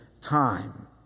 time